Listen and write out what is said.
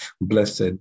Blessed